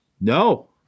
no